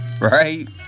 right